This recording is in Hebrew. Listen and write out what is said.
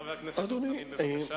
חבר הכנסת דב חנין, בבקשה.